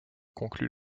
conclut